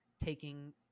taking